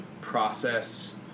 process